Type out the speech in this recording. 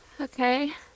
Okay